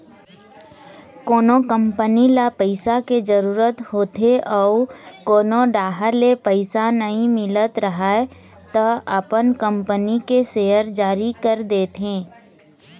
कोनो कंपनी ल पइसा के जरूरत होथे अउ कोनो डाहर ले पइसा नइ मिलत राहय त अपन कंपनी के सेयर जारी कर देथे